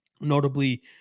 Notably